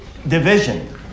Division